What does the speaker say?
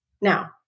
Now